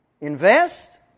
Invest